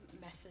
method